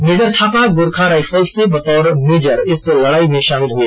major Thapa Gorkha rifles से बतौर major इस लड़ाई में शामिल हुए